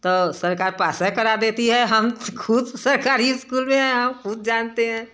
तो सरकार पासे करा देती है हम खुद सरकारी स्कूल में हैं हम खुद जानते हैं